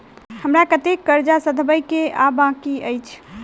हमरा कतेक कर्जा सधाबई केँ आ बाकी अछि?